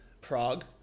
Prague